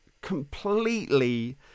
completely